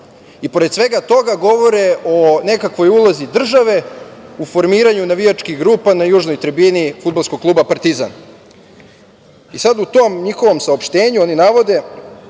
i pored svega toga govore o nekakvoj ulozi države u formiranju navijačkih grupa na Južnoj tribini Fudbalskog kluba „Partizan“.Sada u tom njihovom saopštenju oni navode,